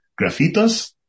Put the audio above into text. grafitos